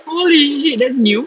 holy shit that's new